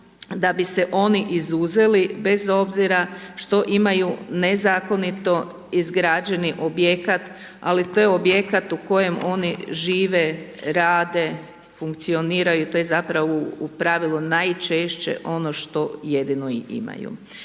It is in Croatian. da ni se oni izuzeli bez obzira što imaju nezakonito izgrađeni objekat ali to je objekat u kojem oni žive, rade, funkcioniraju, to je zapravo u pravilu najčešće ono što jedino i imaju.